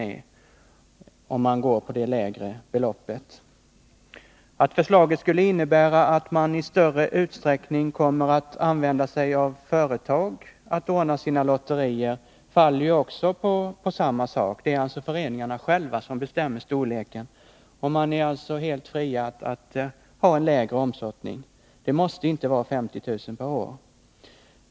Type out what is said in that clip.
Likadant förhåller det sig när det gäller resonemanget om att förslaget skulle innebära att man i större utsträckning kommer att använda sig av företag när det gäller att anordna lotterier. Det är alltså föreningarna själva som bestämmer storleken på beloppet. Det råder således full frihet att ha en lägre omsättning. Det måste inte vara 50 000 kr. per år.